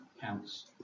counts